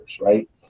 right